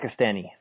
Pakistani